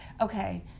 okay